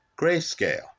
Grayscale